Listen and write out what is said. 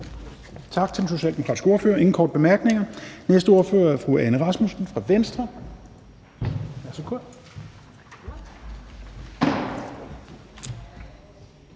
Tak til den socialdemokratiske ordfører. Der er ingen korte bemærkninger. Næste ordfører er fru Anne Rasmussen fra Venstre.